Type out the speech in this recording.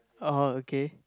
oh okay